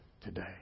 today